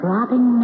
Robin